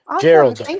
Gerald